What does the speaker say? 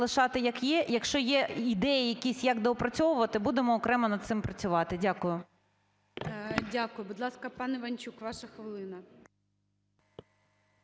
лишати, як є. Якщо є ідеї якісь, як доопрацьовувати, будемо окремо над цим працювати. Дякую. ГОЛОВУЮЧИЙ. Дякую. Будь ласка, пан Іванчук, ваша хвилина.